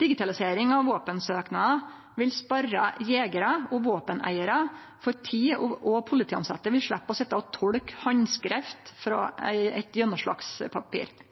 Digitalisering av våpensøknader vil spare jegerar og våpeneigarar for tid, og polititilsette vil sleppe å sitje og tolke handskrift frå eit